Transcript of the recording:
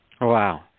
Wow